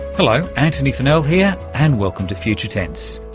hello, antony funnell here and welcome to future tense.